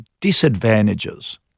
disadvantages